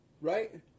Right